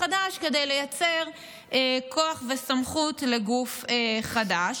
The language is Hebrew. חדש כדי לייצר כוח וסמכות לגוף חדש.